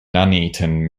nuneaton